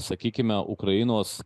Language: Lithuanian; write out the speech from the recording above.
sakykime ukrainos